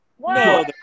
No